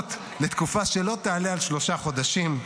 לתקופה שלא תעלה על שלושה חודשים,